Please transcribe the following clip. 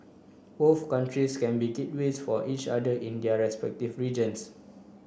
both countries can be gateways for each other in their respective regions